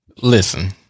Listen